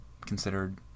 considered